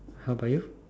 how about you